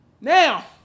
Now